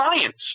science